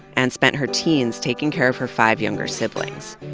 and spent her teens taking care of her five younger siblings.